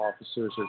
officers